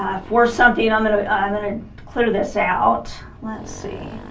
for something i'm going to i'm going to clear this out let's see